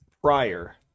prior